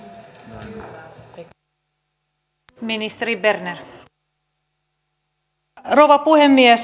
arvoisa rouva puhemies